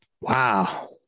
Wow